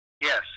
Yes